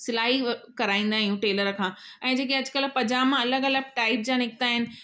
सिलाई कराईंदा आहियूं टेलर खां ऐं जेके अॼु कल्ह पजामा अलॻि अलॻि टाइप जा निकिता आहिनि